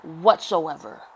whatsoever